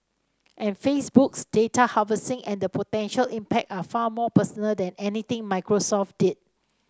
and Facebook's data harvesting and the potential impact are far more personal than anything Microsoft did